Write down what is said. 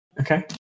Okay